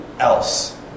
else